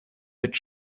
під